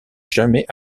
jamais